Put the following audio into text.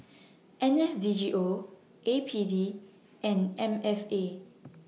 N S D G O A P D and M F A